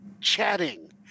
chatting